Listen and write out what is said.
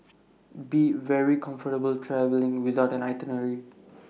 be very comfortable travelling without an itinerary